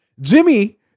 Jimmy